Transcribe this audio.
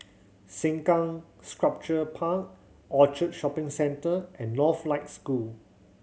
Sengkang Sculpture Park Orchard Shopping Centre and Northlight School